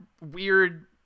weird